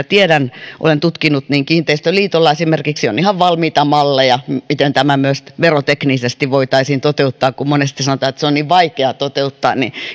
tiedän olen tutkinut että kiinteistöliitolla esimerkiksi on ihan valmiita malleja miten tämä myös veroteknisesti voitaisiin toteuttaa kun monesti sanotaan että se on niin vaikea toteuttaa niin